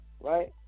Right